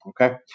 Okay